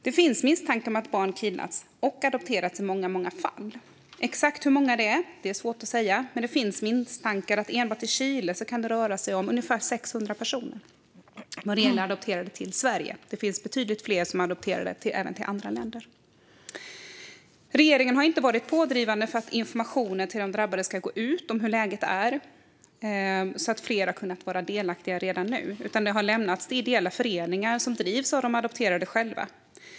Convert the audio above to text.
Det finns misstankar om att barn i många fall kidnappats och adopterats. Exakt hur många är svårt att säga, men det finns misstankar om att det enbart i Chile kan röra sig om ungefär 600 personer. Det gäller bland de som adopterats till Sverige. Det finns betydligt fler bland de som adopterats till andra länder. Regeringen har inte varit pådrivande för att informationen om läget ska gå ut till de drabbade. Då hade fler kunnat vara delaktiga redan nu. Det har lämnats till ideella föreningar som drivs av de adopterade själva.